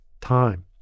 time